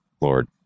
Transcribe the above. Lord